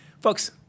Folks